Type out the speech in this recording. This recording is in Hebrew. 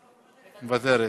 מוותרת,